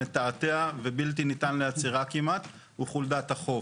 מתעתע ובלתי ניתן לעצירה כמעט חולדת החוף.